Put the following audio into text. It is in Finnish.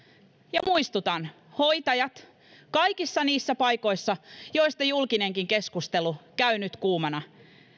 ja muistutan hoitajat kaikissa niissä paikoissa joista julkinenkin keskustelu käy nyt kuumana